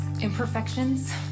Imperfections